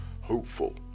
hopeful